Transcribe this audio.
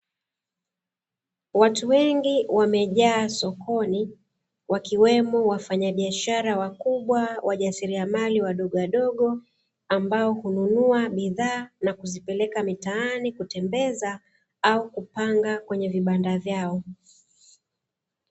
Watu wengi wamejaa sokoni, wakiwemo wafanyabiashara wakubwa, wajasiriamali wadogowadogo, ambao hununua bidhaa na kuzipeleka mitaani kutembeza, au kupanga kwenye vibanda vyao.